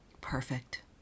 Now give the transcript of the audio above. perfect